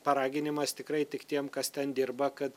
paraginimas tikrai tik tiem kas ten dirba kad